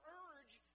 urge